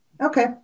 Okay